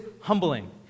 humbling